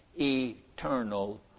eternal